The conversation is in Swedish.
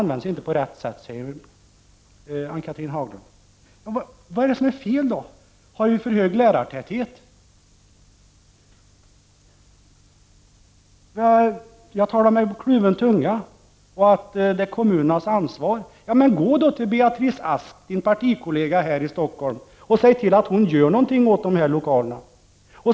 Ann-Cathrine Haglund säger att pengarna inte används på rätt sätt. Vad är det då som är fel? Är lärartätheten för hög? Ann-Cathrine Haglund säger att jag talar med kluven tunga när jag talar om kommunernas ansvar. Då vill jag uppmana Ann-Cathrine Haglund att gå till Beatrice Ask, hennes partikollega här i Stockholm, och be henne göra någonting åt lokalerna.